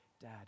Dad